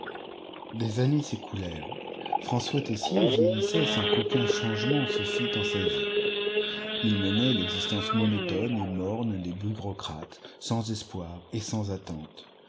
des années s'écoulèrent françois tessier vieillissait sans qu'aucun changement se fît en sa vie il menait l'existence monotone et morne des bureaucrates sans espoirs et sans attentes